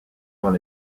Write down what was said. dans